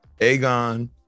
Aegon